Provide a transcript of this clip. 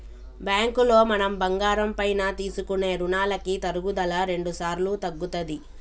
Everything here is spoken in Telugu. బ్యాంకులో మనం బంగారం పైన తీసుకునే రుణాలకి తరుగుదల రెండుసార్లు తగ్గుతది